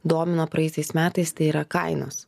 domino praėjusiais metais tai yra kainos